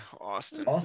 Austin